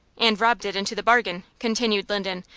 and robbed it into the bargain, continued linden,